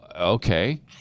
okay